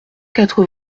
quatre